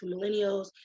millennials